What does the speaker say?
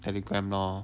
telegram lor